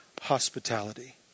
hospitality